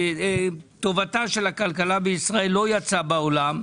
טובתה של הכלכלה בישראל לא יצאה בעולם,